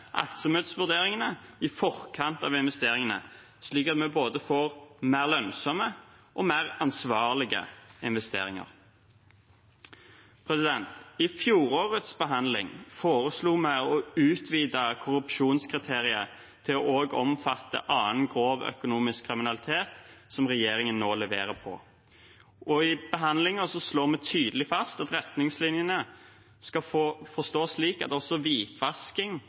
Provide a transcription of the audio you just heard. aktsomhetsvurderingene i forkant av investeringene, slik at vi både får mer lønnsomme og mer ansvarlige investeringer. I fjorårets behandling foreslo vi å utvide korrupsjonskriteriet til også å omfatte annen grov økonomisk kriminalitet, som regjeringen nå leverer på, og i behandlingen slår vi tydelig fast at retningslinjene skal forstås slik at også hvitvasking,